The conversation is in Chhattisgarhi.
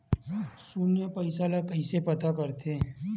शून्य पईसा ला कइसे पता करथे?